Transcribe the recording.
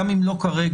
גם אם לא כרגע,